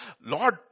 Lord